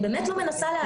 אני באמת לא מנסה להקשות,